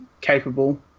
capable